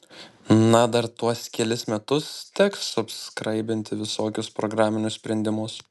na dar tuos kelis metus teks subskraibinti visokius programinius sprendimus